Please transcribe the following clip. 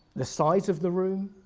the size of the room,